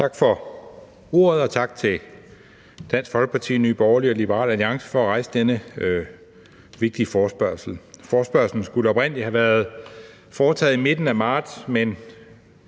Tak for ordet, og tak til Dansk Folkeparti, Nye Borgerlige og Liberal Alliance for at rejse denne vigtige forespørgsel. Forespørgslen skulle oprindelig have været foretaget i midten af marts, men